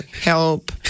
help